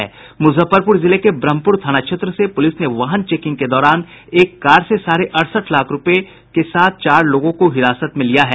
मुजफ्फरपुर जिले के ब्रह्मपुर थाना क्षेत्र से पुलिस ने वाहन चेकिंग के दौरान एक कार से साढ़े अड़सठ लाख रूपये के साथ चार लोगों को हिरासत में लिया है